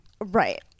Right